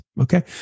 Okay